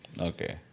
Okay